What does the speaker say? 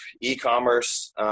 e-commerce